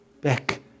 back